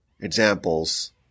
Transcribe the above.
examples